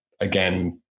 again